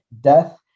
death